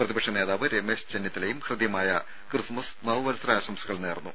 പ്രതിപക്ഷ നേതാവ് രമേശ് ചെന്നിത്തലയും ഹൃദ്യമായ ക്രിസ്മസ് നവവത്സര ആശംസകൾ നേർന്നു